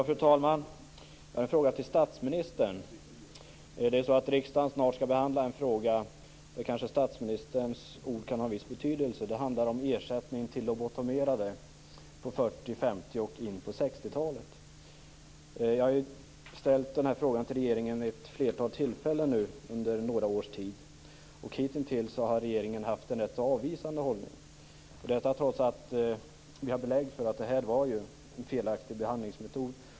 Fru talman! Jag har en fråga till statsministern. Riksdagen skall snart behandla en fråga där statsministerns ord kanske kan ha en viss betydelse. Det handlar om ersättning till dem som lobotomerades på 40-, 50 och in på 60-talet. Jag har ställt den här frågan till regeringen vid ett flertal tillfällen under några års tid. Hitintills har regeringen haft en rätt avvisande hållning, detta trots att vi har belägg för att det här var en felaktig behandlingsmetod.